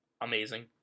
amazing